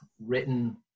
written